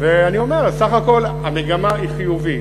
אני אומר: סך הכול המגמה היא חיובית.